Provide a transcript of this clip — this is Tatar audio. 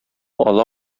ала